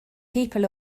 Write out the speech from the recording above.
people